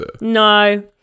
No